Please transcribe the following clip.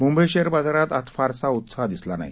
मुंबईशेअरबाजारातआजफारसाउत्साहदिसलानाही